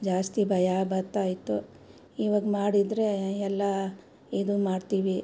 ಜಾಸ್ತಿ ಭಯ ಬತ್ತಾಯಿತ್ತು ಇವಾಗ್ಮಾಡಿದರೆ ಎಲ್ಲ ಇದು ಮಾಡ್ತೀವಿ